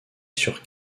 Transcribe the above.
sur